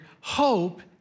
hope